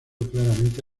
claramente